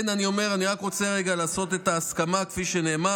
אני רק רוצה רגע לעשות את ההסכמה כפי שנאמר.